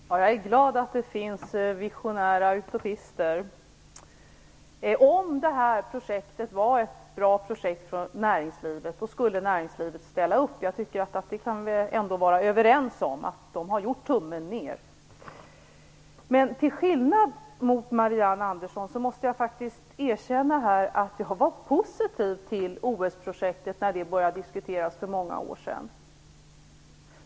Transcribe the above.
Herr talman! Jag är glad att det finns visionära utopister. Om det här projektet var ett bra projekt för näringslivet skulle näringslivet ställa upp. Vi kan väl ändå vara överens om att näringslivet har gjort tummen ned. Till skillnad från Marianne Andersson måste jag erkänna att jag var positiv till OS-projektet när det började diskuteras för många år sedan.